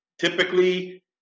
Typically